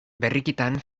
berrikitan